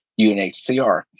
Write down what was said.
UNHCR